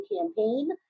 campaign